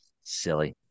Silly